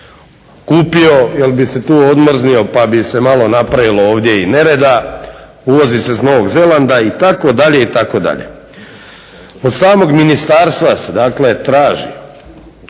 kupio jer bi se tu odmrznio pa bi se malo napravilo ovdje i nereda. Uvozi se iz Novog Zelanda itd. itd. Od samog ministarstva se dakle traži